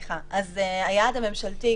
היעד הממשלתי,